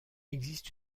existe